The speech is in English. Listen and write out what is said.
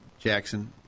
Jackson